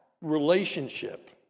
relationship